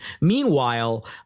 Meanwhile